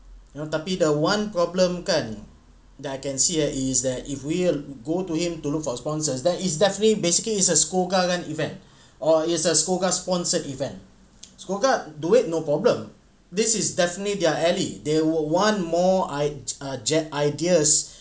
you know tapi the one problem kan that I can see is that if we'll go to him to look for sponsors that is definitely basically is a SCOGA event or is a SCOGA sponsored event SCOGA duit no problem this is definitely their alley they were one more i~ err jet ideas